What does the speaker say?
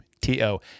t-o